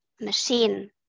machine